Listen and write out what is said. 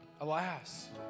alas